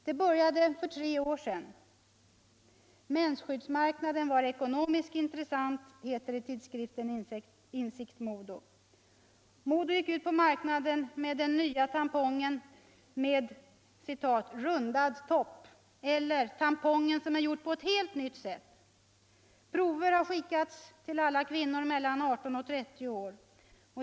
Det började för tre år sedan, mensskyddsmarknaden var ekonomiskt intressant, heter det i tidskriften. Modo gick ut på marknaden med den nya tampongen ”med rundad topp” eller ”tampongen som är gjord på ett helt nytt sätt”. Prover har skickats till alla kvinnor mellan 18-30 år.